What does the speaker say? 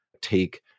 take